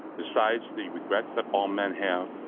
besides the regrets that all men have,